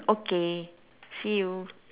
okay see you